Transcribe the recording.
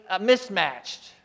mismatched